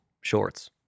shorts